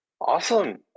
Awesome